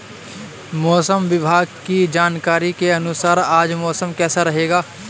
मौसम विभाग की जानकारी के अनुसार आज मौसम कैसा रहेगा?